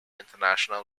international